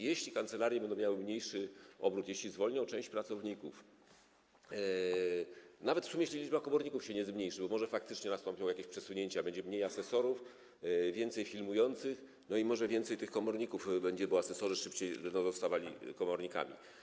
Jeśli kancelarie będą miały mniejszy obrót, jeśli zwolnią cześć pracowników, nawet jeśli w sumie liczba komorników się nie zmniejszy, bo może faktycznie nastąpią jakieś przesunięcia, będzie mniej asesorów, więcej filmujących i może będzie więcej komorników, bo asesorzy szybciej będą zostawali komornikami.